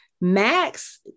Max